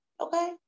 okay